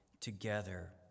together